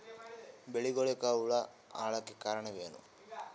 ಬೆಳಿಗೊಳಿಗ ಹುಳ ಆಲಕ್ಕ ಕಾರಣಯೇನು?